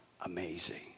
amazing